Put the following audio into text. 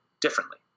differently